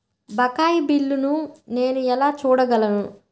బకాయి బిల్లును నేను ఎలా చూడగలను?